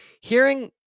Hearing